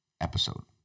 episode